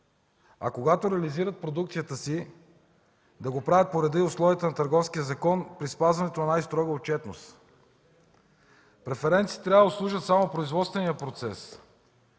Когато реализират продукцията си, да го правят по реда и условията на Търговския закон при спазването на най-строга отчетност. Преференциите трябва да обслужват само производствения процес.